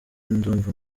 ndumva